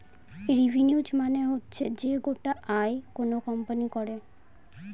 revenue মানে হচ্ছে যে গোটা আয় কোনো কোম্পানি করে